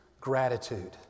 gratitude